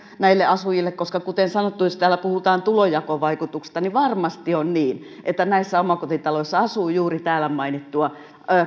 näille asujille kuten sanottu jos täällä puhutaan tulonjakovaikutuksista varmasti on niin että näissä omakotitaloissa asuu juuri täällä mainittua